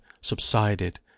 subsided